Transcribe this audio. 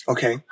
Okay